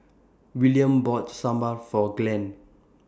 Willaim bought Sambar For Glenn